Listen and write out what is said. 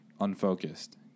unfocused